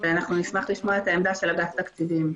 נשמח לשמוע את העמדה של אגף תקציבים.